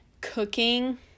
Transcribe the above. cooking